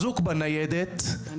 אזוק בניידת,